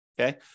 okay